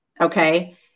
Okay